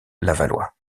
lavallois